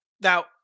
Now